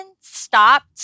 stopped